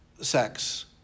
sex